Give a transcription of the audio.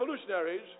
revolutionaries